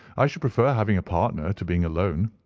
i should prefer having a partner to being alone.